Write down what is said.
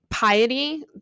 Piety